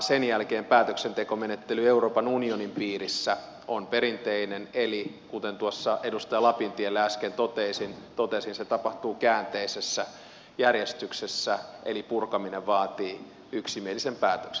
sen jälkeen päätöksentekomenettely euroopan unionin piirissä on perinteinen eli kuten tuossa edustaja lapintielle äsken totesin se tapahtuu käänteisessä järjestyksessä eli purkaminen vaatii yksimielisen päätöksen